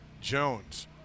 Jones